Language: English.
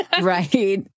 Right